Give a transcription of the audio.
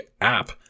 app